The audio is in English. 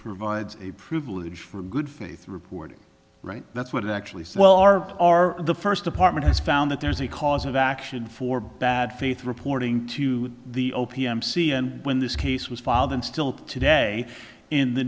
provides a privilege for good faith reporting right that's what it actually says well are are the first department has found that there is a cause of action for bad faith reporting to the o p m c and when this case was filed and still today in the